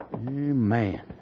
man